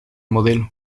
modelo